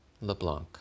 LeBlanc